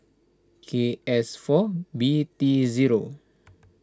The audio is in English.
K S four B T zero